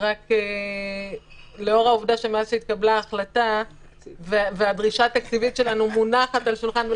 אבל מאז שהתקבלה ההחלטה והדרישה התקציבית שלנו מונחת על השולחן,